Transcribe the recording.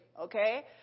Okay